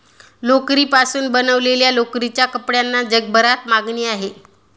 लोकरीपासून बनवलेल्या लोकरीच्या कपड्यांना जगभरात मागणी आहे